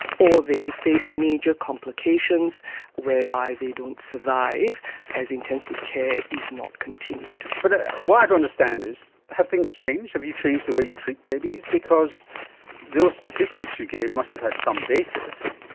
or they face major complications whereby they don't survive as intensive care is not continued. continued. but what i don't understand is have things changed? have you changed the way you treat babies? because those statistics you gave must have had some basis.